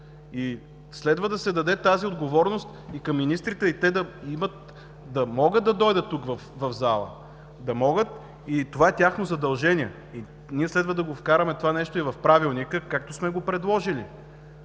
тя следва да се даде и към министрите и те да могат да дойдат тук, в залата. Това е тяхно задължение. Ние следва да вкараме това нещо и в Правилника, както сме го предложили.